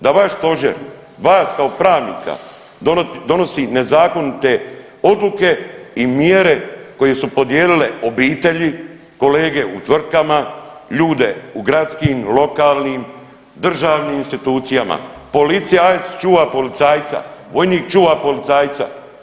Da vaš stožer vas kao pravnika donosi nezakonite odluke i mjere koje su podijelile obitelji, kolege u tvrtkama, ljude u gradskim, lokalnim, državnim institucijama, policija …/nerazumljivo/… čuva policajca, vojnik čuva policajca.